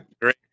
great